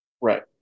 right